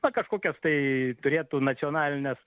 na kažkokias tai turėtų nacionalines